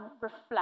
reflect